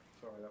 Sorry